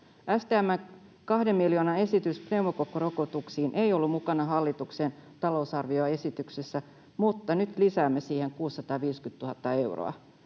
STM:n 2 miljoonan esitys pneumokokkirokotuksiin ei ollut mukana hallituksen talousarvioesityksessä, mutta nyt lisäämme siihen 650 000 euroa.